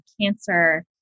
cancer